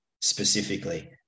specifically